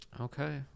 okay